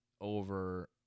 over –